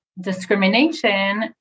discrimination